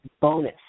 Bonus